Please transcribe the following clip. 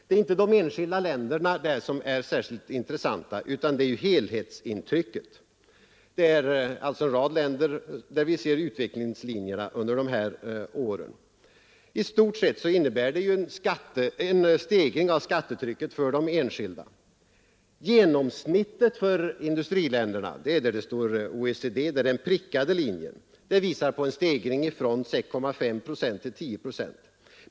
Det är inte de enskilda länderna som här är intressanta, utan det är helhetsintrycket. På bilden ser vi utvecklingslinjerna under dessa år för en Nr 111 rad länder. I stort sett har det varit en stegring av skattetrycket för de Onsdagen den enskilda. Genomsnittet för industriländerna framgår av den prickade §-höVnbirto7 linjen, vilken visar på en stegring från 6,5 procent till 10 procent.